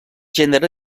gènere